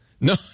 No